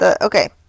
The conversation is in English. Okay